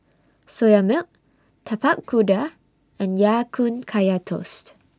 Soya Milk Tapak Kuda and Ya Kun Kaya Toast